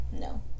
no